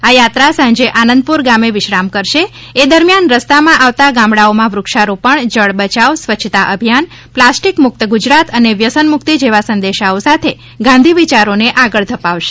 આ યાત્રા સાંજે આનંદપુર ગામે વિશ્રામ કરશે એ દરમિયાન રસ્તા માં આવતા ગામડાઓમાં વૃક્ષારોપણ જળ બચાવ સ્વચ્છતા અભિયાન પ્લાસ્ટિક મુક્ત ગુજરાત અને વ્યસન મુક્તિ જેવા સંદેશાઓ સાથે ગાંધી વિચારો ને આગળ ધપાવશે